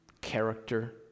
character